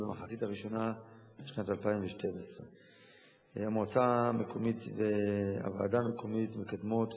במחצית הראשונה של שנת 2012. המועצה המקומית והוועדה המקומית מקדמות